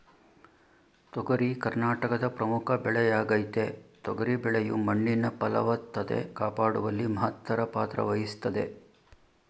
ತೊಗರಿ ಕರ್ನಾಟಕದ ಪ್ರಮುಖ ಬೆಳೆಯಾಗಯ್ತೆ ತೊಗರಿ ಬೆಳೆಯು ಮಣ್ಣಿನ ಫಲವತ್ತತೆ ಕಾಪಾಡುವಲ್ಲಿ ಮಹತ್ತರ ಪಾತ್ರವಹಿಸ್ತದೆ